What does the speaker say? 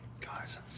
Guys